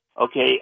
okay